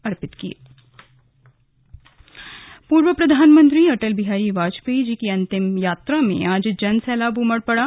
अंतिम विदाई पूर्व प्रधानमंत्री अटल बिहारी वाजपेयी की अंतिम यात्रा में आज जनसैलाब उमड़ पड़ा